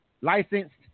licensed